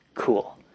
Cool